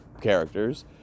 characters